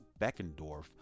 Beckendorf